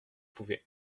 pourrait